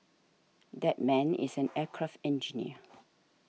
that man is an aircraft engineer